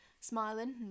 Smiling